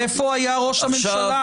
איפה היה ראש הממשלה?